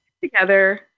together